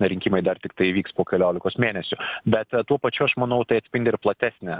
rinkimai dar tiktai vyks po keliolikos mėnesių bet tuo pačiu aš manau tai atspindi ir platesnę